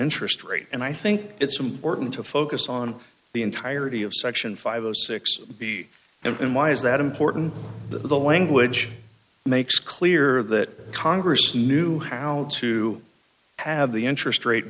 interest rate and i think it's important to focus on the entirety of section five hundred and six b and why is that important that the language makes clear that congress knew how to have the interest rate